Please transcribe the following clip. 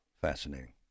Fascinating